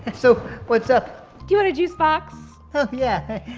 so what's up? do you want a juice box? oh yeah,